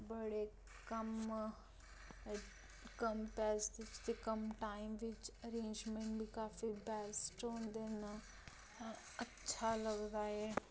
बड़े कम्म कम पैसे च ते कम टाइम बिच्च अरेंजमैंटस बी काफी बैस्ट होंदे न अच्छा लगदा ऐ